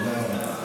תודה רבה.